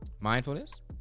mindfulness